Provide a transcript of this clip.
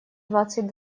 двадцать